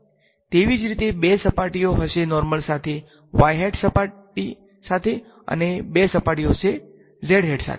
તેવી જ રીતે બે સપાટીઓ હશે નોર્મલ સાથે y હેટ સાથે અને બે સપાટીઓ હશે z હેટ સાથે